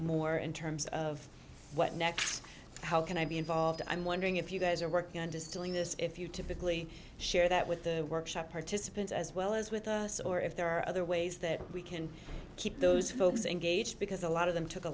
more in terms of what next how can i be involved i'm wondering if you guys are working on distilling this if you typically share that with the workshop participants as well as with us or if there are other ways that we can keep those folks engaged because a lot of them took a